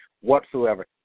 whatsoever